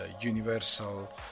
universal